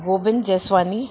Gobind Jeswani